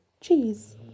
cheese